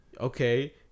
okay